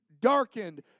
darkened